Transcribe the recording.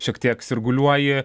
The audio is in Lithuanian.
šiek tiek sirguliuoji